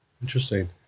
Interesting